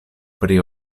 pri